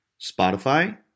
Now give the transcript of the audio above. Spotify